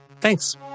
Thanks